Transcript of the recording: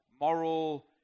moral